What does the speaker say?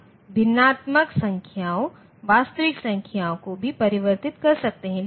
हम भिन्नात्मक संख्याओं वास्तविक संख्याओं को भी परिवर्तित कर सकते हैं